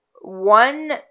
one